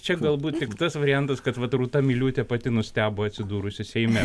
čia galbūt tik tas variantas kad vat rūta miliūtė pati nustebo atsidūrusi seime